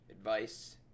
advice